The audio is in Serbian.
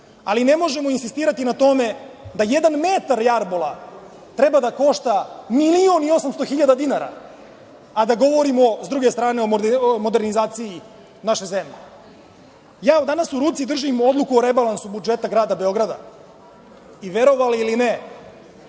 Ali ne možemo insistirati na tome da jedan metar jarbola treba da košta milion i 800 hiljada dinara, a da govorimo s druge strane o modernizaciji naše zemlje. Danas u ruci držim odluku o rebalansu budžeta grada Beograda i, verovali ili ne,